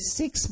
six